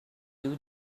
two